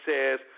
says